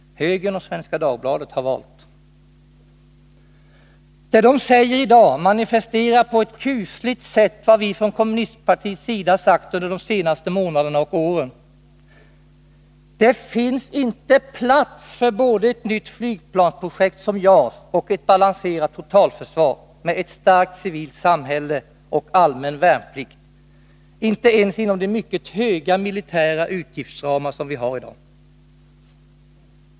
Högern och Svenska Dagbladet har valt. Det de säger i dag manifesterar på ett kusligt sätt vad vi kommunister sagt under de senaste månaderna och åren. Det finns inte plats för både ett nytt flygplansprojekt som JAS och ett balanserat totalförsvar, med ett starkt civilt samhälle och allmän värnplikt, inte ens inom de mycket höga militära utgiftsramar som vi har i dag.